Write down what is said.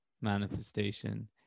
manifestation